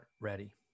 ready